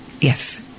yes